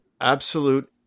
absolute